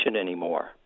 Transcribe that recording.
anymore